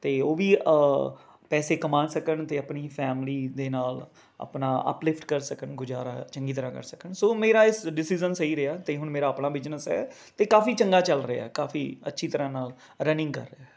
ਅਤੇ ਉਹ ਵੀ ਪੈਸੇ ਕਮਾ ਸਕਣ ਅਤੇ ਆਪਣੀ ਫੈਮਿਲੀ ਦੇ ਨਾਲ ਆਪਣਾ ਅਪਲਿਫ਼ਟ ਕਰ ਸਕਣ ਗੁਜ਼ਾਰਾ ਚੰਗੀ ਤਰ੍ਹਾਂ ਕਰ ਸਕਣ ਸੋ ਮੇਰਾ ਇਸ ਡਿਸੀਜ਼ਨ ਸਹੀ ਰਿਹਾ ਅਤੇ ਹੁਣ ਮੇਰਾ ਆਪਣਾ ਬਿਜ਼ਨਸ ਹੈ ਅਤੇ ਕਾਫੀ ਚੰਗਾ ਚੱਲ ਰਿਹਾ ਹੈ ਕਾਫ਼ੀ ਅੱਛੀ ਤਰ੍ਹਾਂ ਨਾਲ ਰਨਿੰਗ ਕਰ ਰਿਹਾ ਹੈ